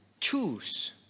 choose